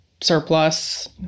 surplus